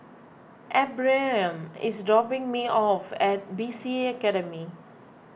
Ephriam is dropping me off at B C A Academy